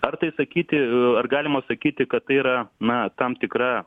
ar tai sakyti ar galima sakyti kad tai yra na tam tikra